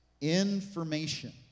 information